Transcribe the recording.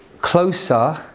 closer